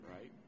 Right